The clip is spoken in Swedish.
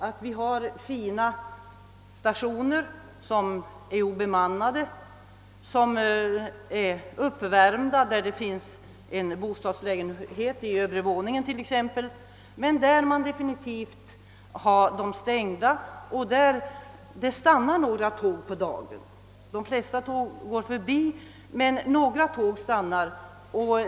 Det är fina stationer med uppvärmda lokaler och med bostadslägenhet i övre våningen i många fall, men de har stängts. Endast några få tåg stannar varje dag vid de stationerna. De flesta går förbi.